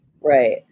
Right